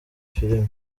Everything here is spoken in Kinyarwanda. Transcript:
film